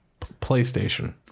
PlayStation